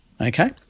Okay